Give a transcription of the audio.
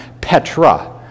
Petra